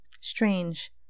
Strange